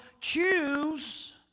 Choose